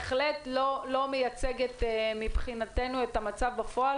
בהחלט לא מייצגת מבחינתנו את המצב בפועל,